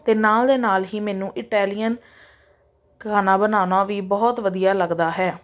ਅਤੇ ਨਾਲ ਦੇ ਨਾਲ ਹੀ ਮੈਨੂੰ ਇਟੈਲੀਅਨ ਖਾਣਾ ਬਣਾਉਣਾ ਵੀ ਬਹੁਤ ਵਧੀਆ ਲੱਗਦਾ ਹੈ